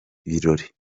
birori